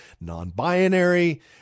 non-binary